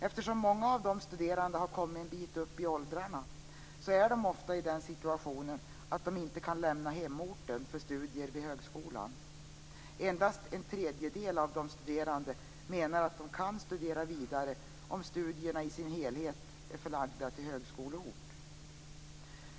Eftersom många av de studerande har kommit en bit upp i åldrarna är de ofta i den situationen att de inte kan lämna hemorten för studier vid högskolan. Endast en tredjedel av de studerande menar att de kan studera vidare om studierna i sin helhet är förlagda till högskoleort.